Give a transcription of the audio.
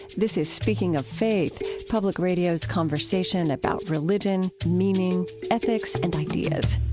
this is speaking of faith, public radio's conversation about religion, meaning, ethics, and ideas.